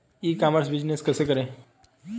ई commerce business कैसे करें?